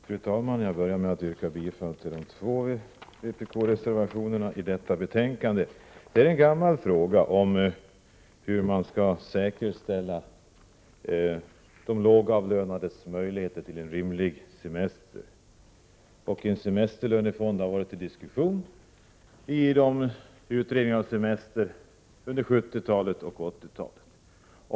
Fru talman! Jag börjar med att yrka bifall till de två vpk-reservationerna i detta betänkande. Det är en gammal fråga hur man skall säkerställa de lågavlönades möjligheter till en rimlig semester. En semesterlönefond har diskuterats i utredningar under 70-talet och 80-talet.